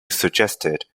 suggested